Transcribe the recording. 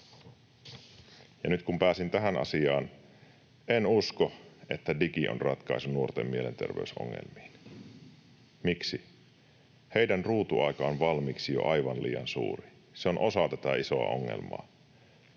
Ja nyt kun pääsin tähän asiaan, niin en usko, että digi on ratkaisu nuorten mielenterveysongelmiin. Miksi? Heidän ruutuaikansa on valmiiksi jo aivan liian suuri. Se on osa tätä isoa ongelmaa.